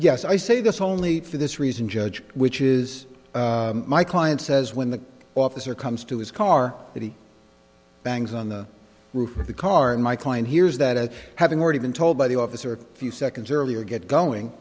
yes i say this only for this reason judge which is my client says when the officer comes to his car that he bangs on the roof of the car and my client hears that as having already been told by the officer a few seconds earlier get going